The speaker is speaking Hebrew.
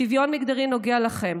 שוויון מגדרי נוגע לכם,